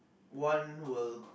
one will